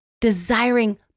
desiring